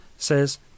Says